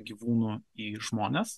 gyvūnų į žmones